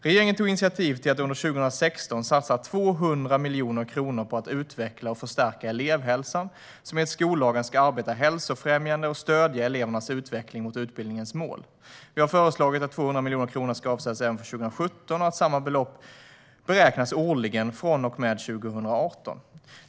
Regeringen tog initiativ till att under 2016 satsa 200 miljoner kronor på att utveckla och förstärka elevhälsan, som enligt skollagen ska arbeta hälsofrämjande och stödja elevernas utveckling mot utbildningens mål. Vi har föreslagit att 200 miljoner kronor avsätts även för 2017 och att samma belopp beräknas årligen från och med 2018.